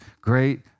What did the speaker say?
great